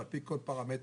על פי כל פרמטר,